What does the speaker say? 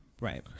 Right